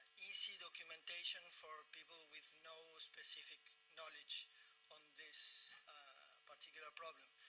easy documentation for people with no specific knowledge on this particular problem.